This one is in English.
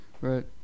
right